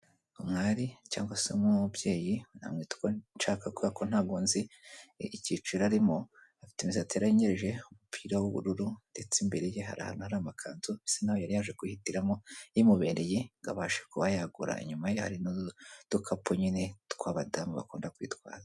Umwari cyangwa se umubyeyi, namwita uko nshaka kubera ko ntabwo nzi icyiciro arimo, afite imusatsi yarayinyereje, umupira w'ubururu, ndetse imbere ye hari ahantu hari amakanzu, bisa nk'aho yari yaje kwihitimo imubereye ngo abashe kuba yagura, inyuma ye hari n'udukapu nyine tw'abadamu bakunda kwitwaza.